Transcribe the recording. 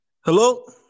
Hello